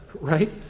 right